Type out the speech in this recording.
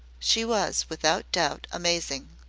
she was without doubt amazing.